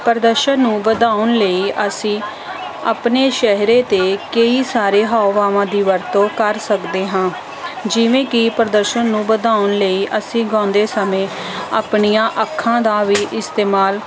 ਪ੍ਰਦਰਸ਼ਨ ਨੂੰ ਵਧਾਉਣ ਲਈ ਅਸੀਂ ਆਪਣੇ ਚਿਹਰੇ 'ਤੇ ਕਈ ਸਾਰੇ ਹਾਵ ਭਾਵਾਂ ਦੀ ਵਰਤੋਂ ਕਰ ਸਕਦੇ ਹਾਂ ਜਿਵੇਂ ਕਿ ਪ੍ਰਦਰਸ਼ਨ ਨੂੰ ਵਧਾਉਣ ਲਈ ਅਸੀਂ ਗਾਉਂਦੇ ਸਮੇਂ ਆਪਣੀਆਂ ਅੱਖਾਂ ਦਾ ਵੀ ਇਸਤੇਮਾਲ